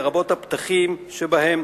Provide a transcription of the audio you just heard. לרבות הפתחים שבהם,